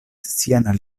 sian